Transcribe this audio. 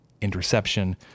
interception